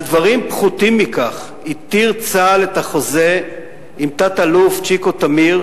על דברים פחותים מכך התיר צה"ל את החוזה עם תת-אלוף צ'יקו תמיר,